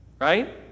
Right